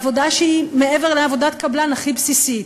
עבודה שהיא מעבר לעבודת קבלן הכי בסיסית.